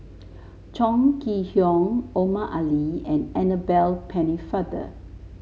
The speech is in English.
Chong Kee Hiong Omar Ali and Annabel Pennefather